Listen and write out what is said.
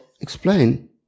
explain